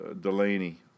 Delaney